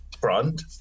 front